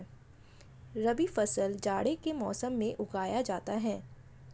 रबी फसल जाड़े के मौसम में उगाया जाता है